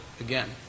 again